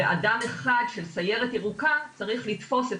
ואדם אחד של סיירת ירוקה צריך לתפוס את